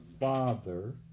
Father